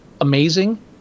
amazing